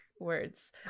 words